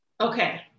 Okay